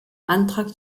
antrag